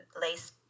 lace